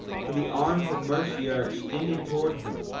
for the arms of mercy are extended towards them,